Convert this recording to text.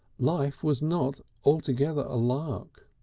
life was not altogether a lark.